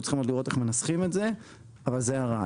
אנחנו צריכים עוד לראות איך מנסחים את זה אבל זה הרעיון.